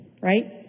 Right